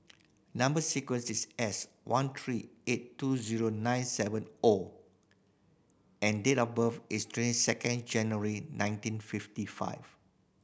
number sequence is S one three eight two zero nine seven O and date of birth is twenty second January nineteen fifty five